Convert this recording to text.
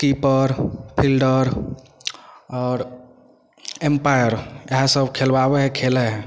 keeper fielder आओर umpire इएह सब खेलबाबै हइ खेलै हइ